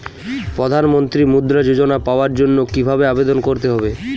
প্রধান মন্ত্রী মুদ্রা যোজনা পাওয়ার জন্য কিভাবে আবেদন করতে হবে?